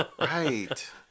Right